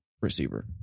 receiver